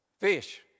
fish